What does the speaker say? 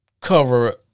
cover